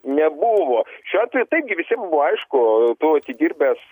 nebuvo šiuo atveju taip gi visiem buvo aišku tu atidirbęs